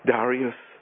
Darius